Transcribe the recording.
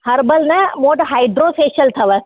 herbal न मूं वटि हाइड्रो फेशियल अथव